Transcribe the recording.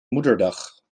moederdag